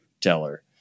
teller